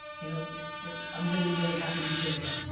you know i'm really really happy to be here again.